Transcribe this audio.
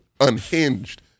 unhinged